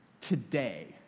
today